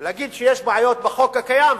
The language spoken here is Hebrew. להגיד שיש בעיות בחוק הקיים,